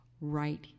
right